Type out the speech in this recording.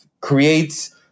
creates